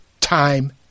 time